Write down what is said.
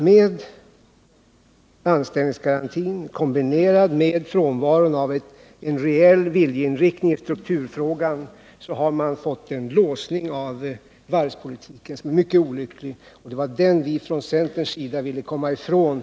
Med anställningsgarantin, kombinerad med frånvaron av en reell viljeinriktning i strukturfrågan, har man fått en lösning av varvspolitiken som är mycket olycklig. Det var detta vi från centerns sida ville komma ifrån.